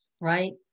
right